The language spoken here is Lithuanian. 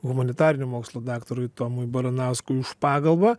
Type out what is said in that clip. humanitarinių mokslų daktarui tomui baranauskui už pagalbą